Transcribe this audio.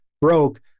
broke